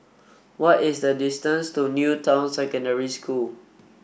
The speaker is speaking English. what is the distance to New Town Secondary School